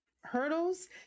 hurdles